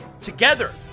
Together